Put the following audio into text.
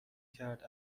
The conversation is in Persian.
کرد